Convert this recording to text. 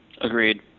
Agreed